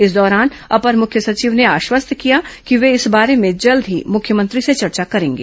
इस दौरान अपर मुख्य सचिव ने आश्वस्त किया कि वे इस बारे में जल्द ही मुख्यमंत्री से चर्चा करेंगे